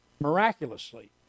miraculously